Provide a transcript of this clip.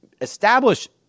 establish